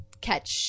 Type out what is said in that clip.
catch